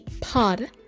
Pod